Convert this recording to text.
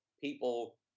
people